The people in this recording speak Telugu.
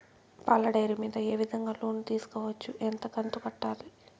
పాల డైరీ మీద ఏ విధంగా లోను తీసుకోవచ్చు? ఎంత కంతు కట్టాలి?